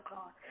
God